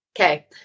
Okay